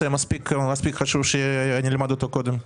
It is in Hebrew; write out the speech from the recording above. זה לא נושא מספיק חשוב כדי שנלמד אותו קודם?